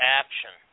action